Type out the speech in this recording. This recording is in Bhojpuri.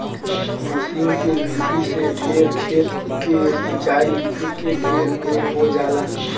मसीन के विधि से ढेर खेत के सिंचाई एकेबेरे में हो जाला